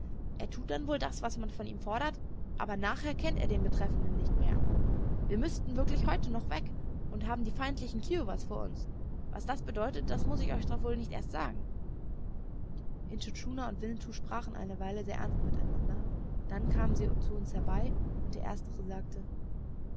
er tut dann wohl das was man von ihm fordert aber nachher kennt er den betreffenden nicht mehr wir müßten wirklich heut noch fort und haben die feindlichen kiowas vor uns was das bedeutet das muß ich euch doch wohl nicht erst sagen intschu tschuna und winnetou sprachen eine weile sehr ernst miteinander dann kamen sie zu uns herbei und der erstere sagte